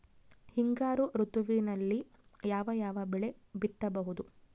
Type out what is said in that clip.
ಹಿಂಗಾರು ಋತುವಿನಲ್ಲಿ ಯಾವ ಯಾವ ಬೆಳೆ ಬಿತ್ತಬಹುದು?